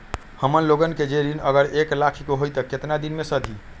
हमन लोगन के जे ऋन अगर एक लाख के होई त केतना दिन मे सधी?